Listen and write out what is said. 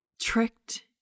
tricked